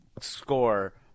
score